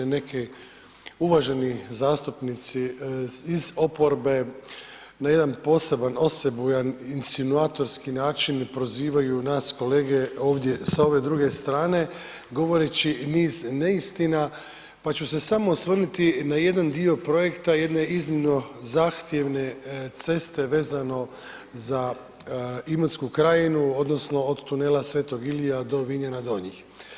Neki uvaženi zastupnici iz oporbe na jedan poseban osebujan insinuatorski način prozivaju nas kolege ovdje s ove druge strane govoreći niz neistina pa ću se samo osvrnuti na jedan dio projekta jedne iznimno zahtjevne ceste vezano za Imotsku krajinu odnosno od tunela Sv. Ilije do Vinjana Donjih.